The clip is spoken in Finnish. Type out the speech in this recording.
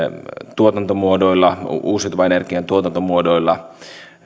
tuotantomuodoilla uusiutuvan energian tuotantomuodoilla